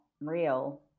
real